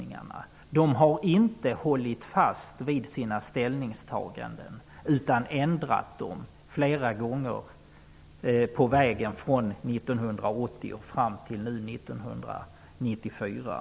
Man har inte hållit fast vid sina ställningstaganden utan ändrat dem flera gånger på vägen från 1980 fram till 1994.